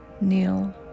Kneel